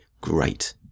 great